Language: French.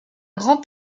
grand